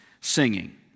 singing